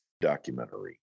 documentary